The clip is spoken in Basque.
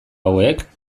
hauek